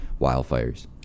wildfires